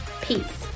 Peace